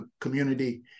community